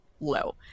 low